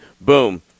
Boom